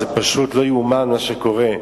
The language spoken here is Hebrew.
זה פשוט לא ייאמן מה שקורה.